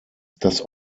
das